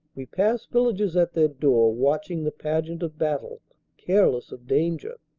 we pass villagers at their door watching the pageant of battle, careless of danger.